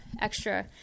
extra